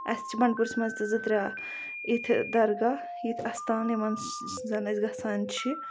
اَسہِ چھِ بنٛڈپوٗرِس منٛز تہِ زٕ ترٛےٚ یِتھ درگاہ یِتھ اَستان یِمَن زَن أسۍ گَژھان چھِ